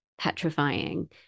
petrifying